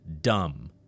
dumb